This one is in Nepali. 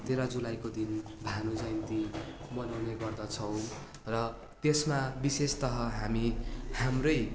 तेह्र जुलाईको दिन भानु जयन्ती मनाउने गर्दछौँ र त्यसमा विशेषतः हामी हाम्रै